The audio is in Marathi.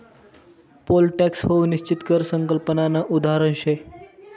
पोल टॅक्स हाऊ निश्चित कर संकल्पनानं उदाहरण शे